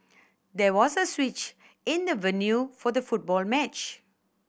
there was a switch in the venue for the football match